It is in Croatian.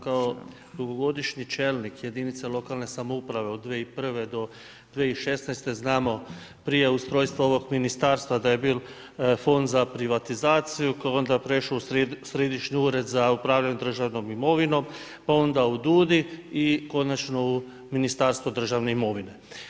Kao dugogodišnji čelnik jedinice lokalne samouprave od 2001.-2016. znamo prijavu ustrojstva ovog ministarstva, da je bio fond za privatizaciju, onda prešao u središnju ured za upravljanje državnom imovinom, pa onda u DUUDI i konačno u Ministarstvo državne imovine.